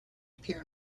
appear